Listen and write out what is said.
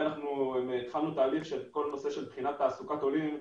והתחלנו תהליך של בחינת תעסוקת עולים,